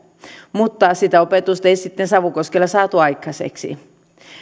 mutta sitä opetusta ei sitten savukoskella saatu aikaiseksi